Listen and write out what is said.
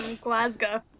Glasgow